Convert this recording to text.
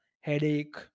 headache